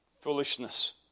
foolishness